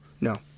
no